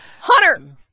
Hunter